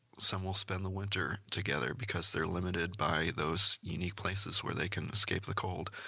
some will spend the winter together because they're limited by those unique places where they can escape the cold.